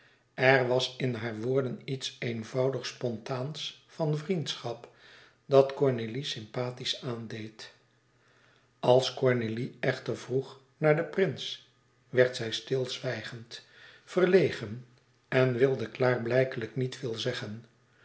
er was in haar woorden iets eenvoudig spontaans van vriendschap dat cornélie sympatisch aandeed als cornélie echter vroeg naar den prins werd zij stilzwijgend verlegen en wilde klaarblijkelijk niet veel zeggen